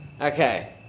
Okay